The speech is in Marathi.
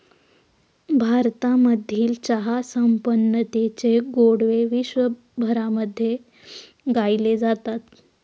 भारतामधील चहा संपन्नतेचे गोडवे विश्वभरामध्ये गायले जातात